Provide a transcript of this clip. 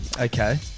Okay